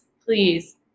please